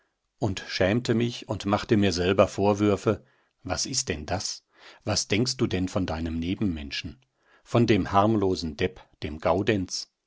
und schämte mich und machte mir selber vorwürfe was ist denn das was denkst du denn von deinen nebenmenschen von dem harmlosen depp dem gaudenz